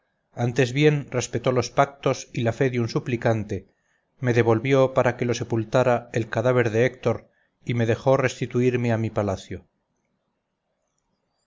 antes bien respetó los pactos y la fe de un suplicante me devolvió para que lo sepultara el cadáver de héctor y me dejó restituirme a mi palacio